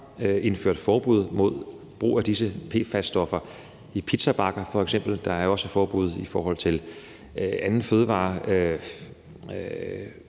indført forbud mod brug af disse PFAS-stoffer, f.eks. i pizzabakker. Der er også et forbud i forhold til andre